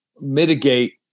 mitigate